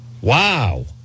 Wow